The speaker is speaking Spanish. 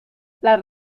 las